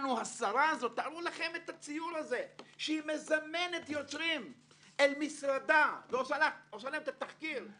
תארו לכם את הציור הזה שהיא מזמנת יוצרים למשרדה ועושה להם את התחקיר,